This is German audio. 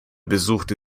besuchte